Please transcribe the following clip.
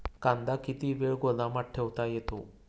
कांदा किती वेळ गोदामात ठेवता येतो?